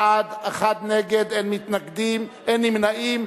בעד, אחד נגד, אין נמנעים.